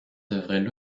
devraient